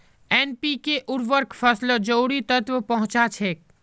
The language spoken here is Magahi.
एन.पी.के उर्वरक फसलत जरूरी तत्व पहुंचा छेक